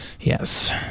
Yes